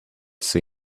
seen